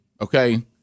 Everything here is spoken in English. okay